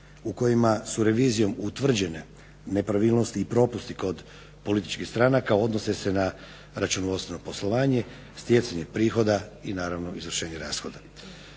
u kojima su revizijom utvrđene nepravilnosti i propusti kod političkih stranaka odnose se na računovodstveno stanje, stjecanje prihoda i naravno izvršenje rashoda.